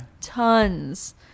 Tons